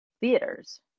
theaters